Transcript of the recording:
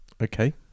okay